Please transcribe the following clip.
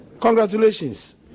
Congratulations